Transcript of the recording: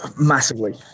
Massively